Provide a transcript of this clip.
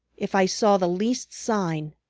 if i saw the least sign